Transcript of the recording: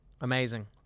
Amazing